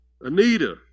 Anita